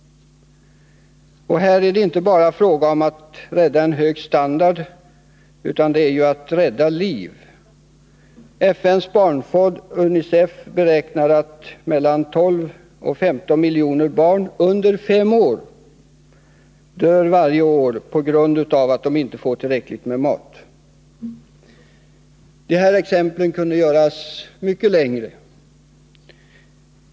Här är det inte bara fråga om att rädda en hög standard utan om att rädda liv. FN:s barnfond, UNICEF, beräknar att mellan 12 och 15 miljoner barn under fem år dör varje år på grund av att de inte får tillräckligt med mat. Den här uppräkningen kunde göras mycket längre.